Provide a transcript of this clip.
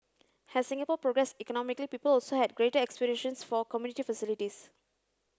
as Singapore progressed economically people also had greater aspirations for community facilities